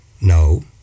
No